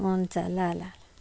हुन्छ ल ल